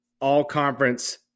all-conference